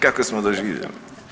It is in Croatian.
Kako smo doživjeli?